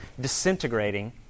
disintegrating